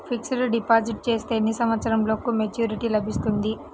Fixed deposit చేస్తే ఎన్ని సంవత్సరంకు మెచూరిటీ లభిస్తుంది?